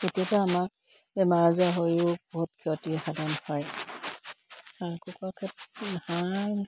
আমাৰ বেমাৰ আজৰ হৈও বহুত ক্ষতি সাধন হয় হাঁহ কুকুৰাৰ ক্ষেত্ৰত হাঁহ